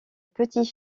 petit